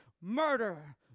murder